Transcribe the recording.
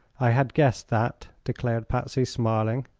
i had guessed that, declared patsy, smiling.